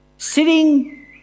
Sitting